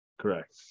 Correct